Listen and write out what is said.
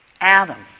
Adam